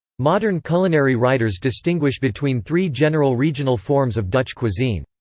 modern culinary writers distinguish between three general regional forms of dutch cuisine.